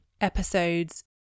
episodes